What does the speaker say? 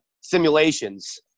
simulations